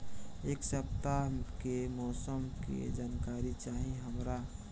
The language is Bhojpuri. एक सपताह के मौसम के जनाकरी चाही हमरा